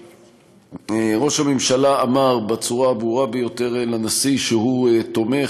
ראש הממשלה אמר בצורה הברורה ביותר לנשיא שהוא תומך